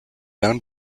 owned